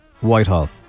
Whitehall